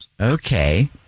Okay